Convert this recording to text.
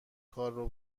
کارو